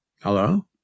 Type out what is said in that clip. Hello